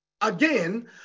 again